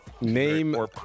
Name